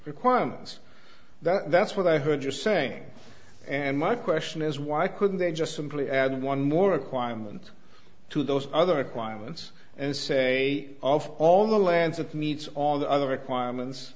requirements that that's what i heard you saying and my question is why couldn't they just simply add one more requirement to those other requirements and say of all the lands that meets all the other requirements